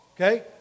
Okay